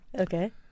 Okay